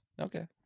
Okay